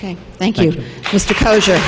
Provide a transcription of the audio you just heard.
ok thank you just because you're